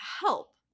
help